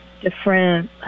different